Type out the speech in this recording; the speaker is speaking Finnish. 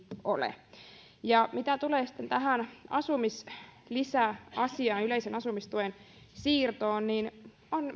ole mitä tulee sitten tähän asumislisäasiaan yleiseen asumistukeen siirtoon